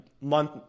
month